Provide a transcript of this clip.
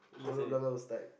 Telok-Blangah Ustad